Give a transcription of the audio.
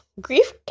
Grief